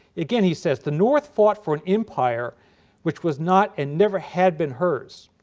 again he says, the north fought for an empire which was not and never had been hers.